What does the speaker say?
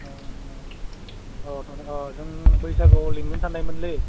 अह होमबा अह जों बैसागोआव लिंनो साननायमोनलै